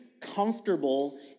comfortable